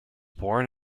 born